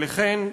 אליכן,